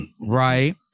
Right